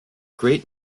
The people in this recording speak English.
great